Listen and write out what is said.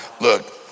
Look